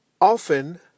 Often